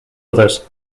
others